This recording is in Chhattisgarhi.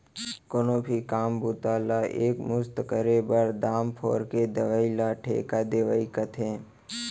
कोनो भी काम बूता ला एक मुस्त करे बर, दाम फोर के देवइ ल ठेका देवई कथें